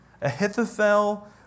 Ahithophel